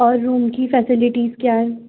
اور روم کی فیسیلٹیز کیا ہے